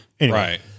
Right